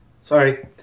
Sorry